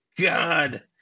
God